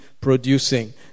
producing